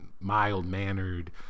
mild-mannered